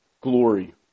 glory